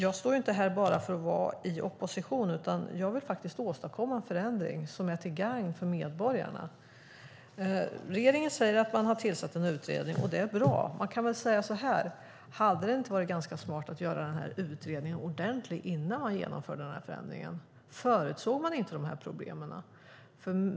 Jag står inte här bara för att vara i opposition utan jag vill faktiskt åstadkomma en förändring som är till gagn för medborgarna. Regeringen säger att man har tillsatt en utredning. Det är bra. Man kan väl säga så här: Hade det inte varit ganska smart att göra utredningen ordentligt innan man genomförde den här förändringen? Förutsåg man inte de här problemen?